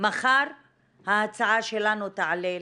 מחר ההצעה שלנו תעלה להצבעה.